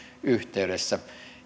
yhteydessä